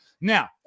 now